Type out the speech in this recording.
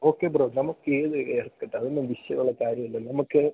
okay bro നമമുക്കേത് ഹെയർക്കട്ടാ അതൊന്നും വിഷയം ഉള്ള കാര്യമല്ല നമുക്ക്